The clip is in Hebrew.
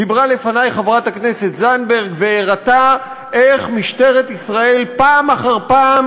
דיברה לפני חברת הכנסת זנדברג והראתה איך משטרת ישראל פעם אחר פעם